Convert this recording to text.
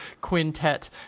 quintet